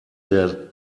der